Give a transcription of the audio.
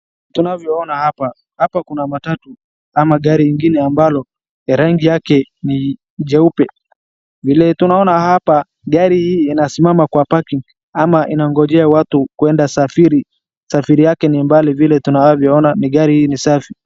Tunavyoona hapa, hapa kuna matatu ama gari ingine ambalo rangi yake ni jeupe. Vile tunaona hapa gari inasimama kwa parking ama inangojea watu kuenda safari, safari yake ni mbali vile tunavyoona ni gari ni safi.